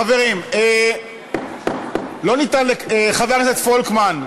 חברים, לא ניתן, חבר הכנסת פולקמן,